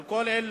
על כל אלה,